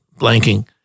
blanking